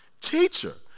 Teacher